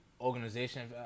Organization